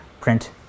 print